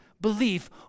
belief